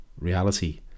reality